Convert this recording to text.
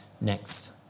next